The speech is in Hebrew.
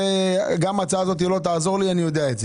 גם ההצעה הזו לא תעזור לי, אני יודע.